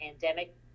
pandemic